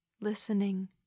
listening